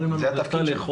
אומרים לנו שהוא יצא לאכול,